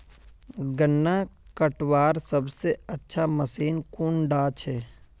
गन्ना कटवार सबसे अच्छा मशीन कुन डा छे?